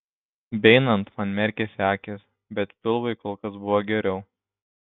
beeinant man merkėsi akys bet pilvui kol kas buvo geriau